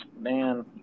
Man